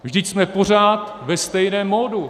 Vždyť jsme pořád ve stejném modu.